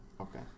Okay